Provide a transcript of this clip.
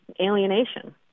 alienation